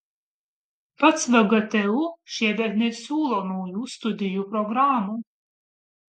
pats vgtu šiemet nesiūlo naujų studijų programų